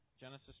Genesis